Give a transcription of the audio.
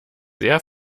sehr